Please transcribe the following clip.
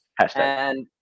Hashtag